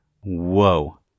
Whoa